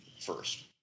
first